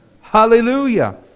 Hallelujah